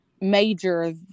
major